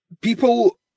People